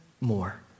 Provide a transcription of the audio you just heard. more